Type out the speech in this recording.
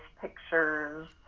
pictures